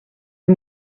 amb